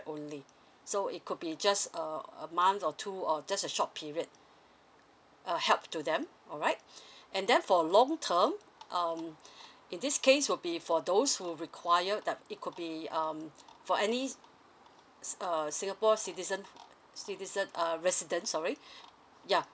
only so it could be just a a month or two or just a short period uh help to them alright and then for long term um in this case will be for those who require that it could be um for any s~ err singapore citizen citizen uh resident sorry yeah